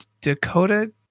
Dakota